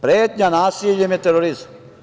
Pretnja nasiljem je terorizam.